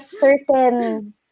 certain